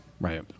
right